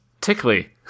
tickly